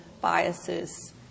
biases